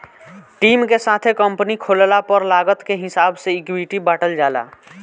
team के साथे company खोलला पर लागत के हिसाब से इक्विटी बॉटल जाला